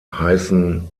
heißen